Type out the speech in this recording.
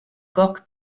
cork